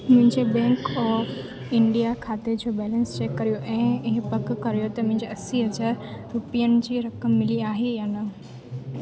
मुंहिंजे Bank of India खाते जो बैलेंस चेक करियो ऐं इहा पक करियो त मूंखे असीं हज़ार रुपियनि जी रक़म मिली आहे या न